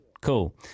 cool